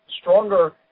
stronger